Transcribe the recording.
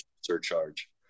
surcharge